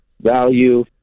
value